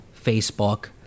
Facebook